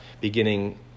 beginning